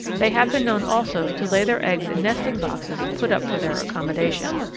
they have been known also to lay their eggs in nesting boxes put up for their accommodation.